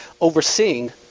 overseeing